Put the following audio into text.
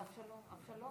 אדוני היושב-ראש,